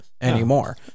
anymore